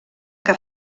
que